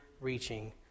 reaching